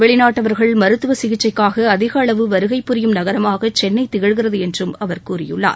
வெளிநாட்டவர்கள் மருத்துவ சிகிச்சைக்காக அதிக அளவு வருகை புரியும் நகரமாக சென்னை திகழ்கிறது என்றும் அவர் கூறியுள்ளார்